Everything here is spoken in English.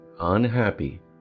unhappy